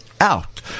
out